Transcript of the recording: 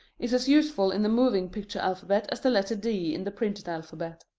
is as useful in the moving picture alphabet as the letter d in the printed alphabet.